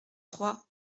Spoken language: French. trois